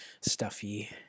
stuffy